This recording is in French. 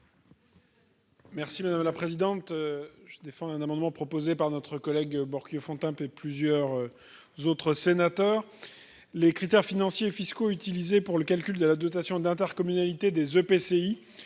Merci madame la présidente, je défends un amendement proposé par notre collègue Borchio Fontimp et plusieurs autres sénateurs les critères financiers, fiscaux, utilisé pour le calcul de la dotation d'intercommunalité des EPCI